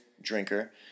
drinker